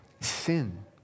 sin